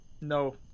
No